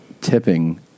tipping